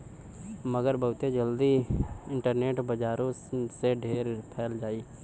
मगर बहुते जल्दी इन्टरनेट बजारो से ढेर फैल जाई